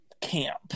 camp